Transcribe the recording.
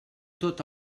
tot